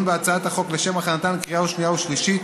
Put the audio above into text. בהצעות חוק לשם הכנתן לקריאה שנייה ושלישית,